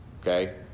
okay